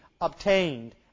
obtained